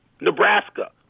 Nebraska